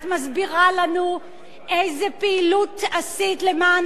את מסבירה לנו איזו פעילות עשית למען